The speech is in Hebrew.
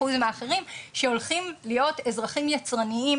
אחוזים האחרים שהולכים להיות אזרחים יצרניים,